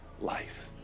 life